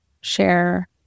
share